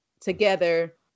together